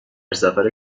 سفر